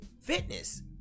fitness